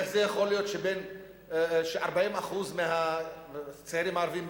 איך זה יכול להיות ש-40% מהצעירים הערבים,